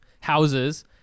houses